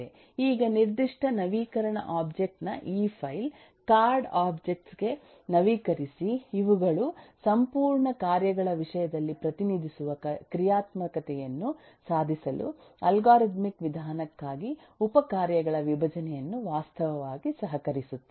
ಈಗ ನಿರ್ದಿಷ್ಟ ನವೀಕರಣ ಒಬ್ಜೆಕ್ಟ್ ನ ಈ ಫೈಲ್ ಕಾರ್ಡ್ ಒಬ್ಜೆಕ್ಟ್ ಗೆ ನವೀಕರಿಸಿ ಇವುಗಳು ಸಂಪೂರ್ಣ ಕಾರ್ಯಗಳ ವಿಷಯದಲ್ಲಿ ಪ್ರತಿನಿಧಿಸುವ ಕ್ರಿಯಾತ್ಮಕತೆಯನ್ನು ಸಾಧಿಸಲು ಅಲ್ಗಾರಿದಮಿಕ್ ವಿಧಾನಕ್ಕಾಗಿ ಉಪ ಕಾರ್ಯಗಳ ವಿಭಜನೆಯನ್ನು ವಾಸ್ತವವಾಗಿ ಸಹಕರಿಸುತ್ತದೆ